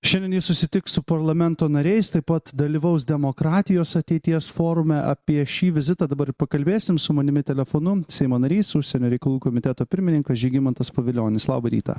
šiandien jis susitiks su parlamento nariais taip pat dalyvaus demokratijos ateities forume apie šį vizitą dabar ir pakalbėsim su manimi telefonu seimo narys užsienio reikalų komiteto pirmininkas žygimantas pavilionis labą rytą